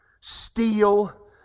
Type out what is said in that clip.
steal